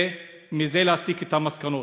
ומזה להסיק את המסקנות.